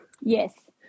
Yes